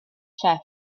chyff